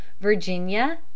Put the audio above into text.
Virginia